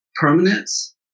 permanence